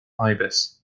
ibis